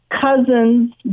cousin's